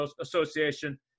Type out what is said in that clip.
Association